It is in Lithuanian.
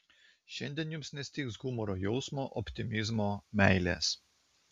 šiandien jums nestigs humoro jausmo optimizmo meilės